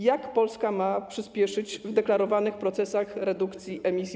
Jak Polska ma przyspieszyć w deklarowanych procesach redukcji emisji